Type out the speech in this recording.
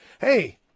Hey